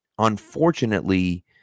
unfortunately